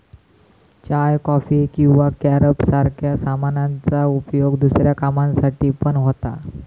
चाय, coffee किंवा carob सारख्या सामानांचा उपयोग दुसऱ्या कामांसाठी पण होता